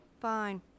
Fine